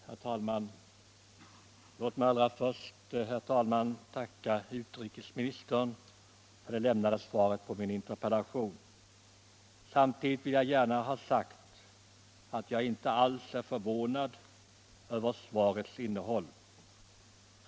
Herr talman! Låt mig allra först tacka utrikesministern för det lämnade svaret på min interpellation. Samtidigt vill jag gärna ha sagt att jag inte alls är förvånad över svarets Nr 88 innehåll.